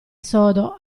sodo